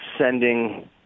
sending